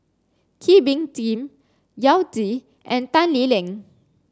Kee Bee Khim Yao Zi and Tan Lee Leng